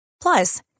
Plus